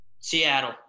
Seattle